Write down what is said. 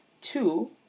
Two